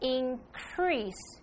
increase